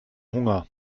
hunger